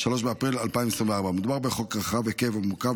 3 באפריל 2024. מדובר בחוק רחב היקף ומורכב,